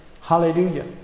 Hallelujah